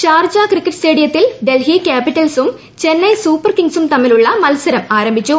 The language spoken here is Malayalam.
ഷാർജ ക്രിക്കറ്റ് സ്റ്റേഡിയത്തിൽ ഡൽഹി ക്യാപിറ്റൽസും ചെന്നൈ സൂപ്പർ കിങ്സും തമ്മിലുള്ള മത്സരം ആരംഭിച്ചു